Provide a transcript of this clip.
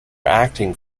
acting